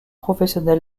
professionnel